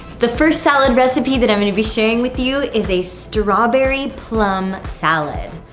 the first salad recipe that i'm going to be sharing with you is a strawberry plum salad.